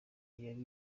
ariko